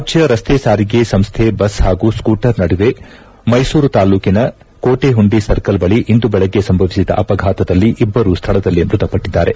ರಾಜ್ಯ ರಸ್ತೆ ಸಾರಿಗೆ ಸಂಸ್ಥೆ ಬಸ್ ಹಾಗೂ ಸ್ಕೂಟರ್ ನಡುವೆ ಮೈಸೂರು ತಾಲೂಕಿನ ಕೋಟೆಹುಂಡಿ ಸರ್ಕಲ್ ಬಳಿ ಇಂದು ಬೆಳಗ್ಗೆ ಸಂಭವಿಸಿದ ಅಪಘಾತದಲ್ಲಿ ಇಬ್ಬರು ಸ್ಥಳದಲ್ಲೇ ಮೃತಪಟ್ಟದ್ದಾರೆ